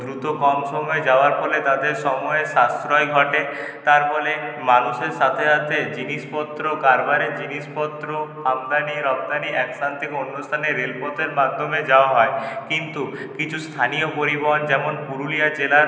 দ্রুত কম সময়ে যাওয়ার ফলে তাদের সময়ের সাশ্রয় ঘটে তার ফলে মানুষের সাথে সাথে জিনিসপত্র কারবারের জিনিসপত্র আমদানি রপ্তানি এক স্থান থেকে অন্য স্থানে রেলপথের মাধ্যমে যাওয়া হয় কিন্তু কিছু স্থানীয় পরিবহন যেমন পুরুলিয়া জেলার